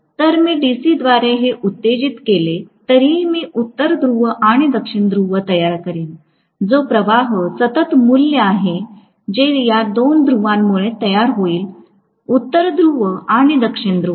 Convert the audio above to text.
जरी मी डीसीद्वारे हे उत्तेजित केले तरीही मी उत्तर ध्रुव व दक्षिण ध्रुव तयार करीन जो प्रवाह सतत मूल्य आहे जे या दोन ध्रुवांमुळे तयार होईल उत्तर ध्रुव आणि दक्षिण ध्रुव